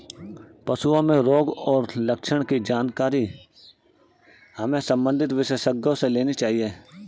पशुओं में रोग और लक्षण की जानकारी हमें संबंधित विशेषज्ञों से लेनी चाहिए